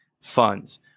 funds